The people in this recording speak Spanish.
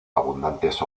abundantes